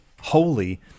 holy